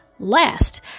Last